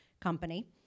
company